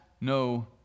no